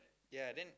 ya then